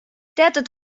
teatud